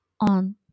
on